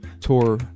tour